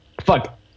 fuck